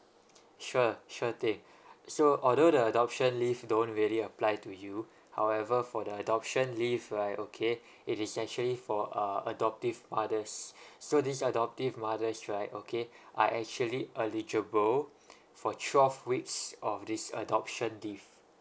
sure sure thing so although the adoption leave don't really apply to you however for the adoption leave right okay it is actually for uh adoptive mothers so these adoptive mothers right okay are actually eligible for twelve weeks of this adoption leave